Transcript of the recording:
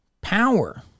power